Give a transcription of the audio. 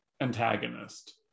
antagonist